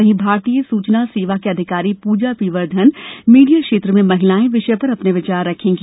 वहीं भारतीय सूचना सेवा की अधिकारी पूजा पी वर्द्दन मीडिया क्षेत्र में महिलाएं विषय पर अपने विचार रखेंगी